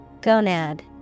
Gonad